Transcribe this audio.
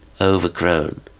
overgrown